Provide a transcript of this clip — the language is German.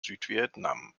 südvietnam